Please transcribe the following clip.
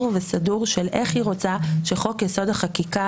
וסדור של איך היא רוצה שחוק יסוד: החקיקה